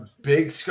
big